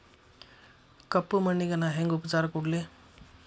ಕಪ್ಪ ಮಣ್ಣಿಗ ನಾ ಹೆಂಗ್ ಉಪಚಾರ ಕೊಡ್ಲಿ?